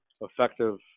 effective